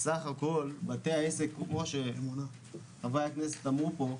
סך הכול בתי העסק, כמו שחברי הכנסת אמרו פה,